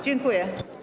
Dziękuję.